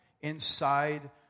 inside